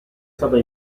stata